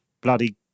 bloody